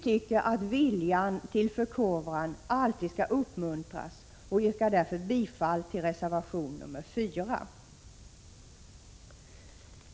Vi anser att vilja till förkovran alltid skall uppmuntras och yrkar därför bifali till reservation 4.